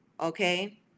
Okay